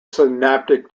synaptic